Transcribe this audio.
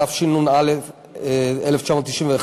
התשנ"א 1991,